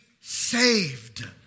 saved